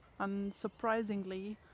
unsurprisingly